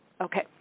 Okay